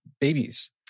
babies